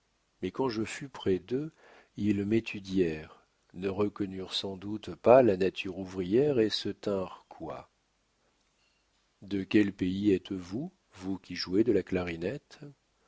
mais quand je fus près d'eux ils m'étudièrent ne reconnurent sans doute pas la nature ouvrière et se tinrent cois de quel pays êtes-vous vous qui jouez de la clarinette